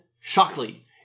shockley